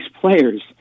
players